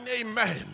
amen